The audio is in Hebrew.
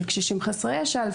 של קשישים חסרי ישע,